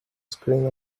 screen